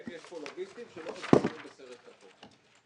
האם יש פה לוביסטים שלא מסומנים בסרט כתום?